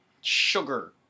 sugar